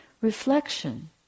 reflection